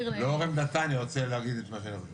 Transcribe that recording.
לאור עמדתה אני רוצה להגיד את מה שאני הולך להגיד.